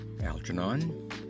Algernon